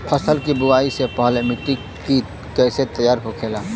फसल की बुवाई से पहले मिट्टी की कैसे तैयार होखेला?